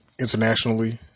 internationally